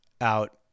out